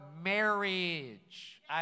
marriage